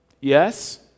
yes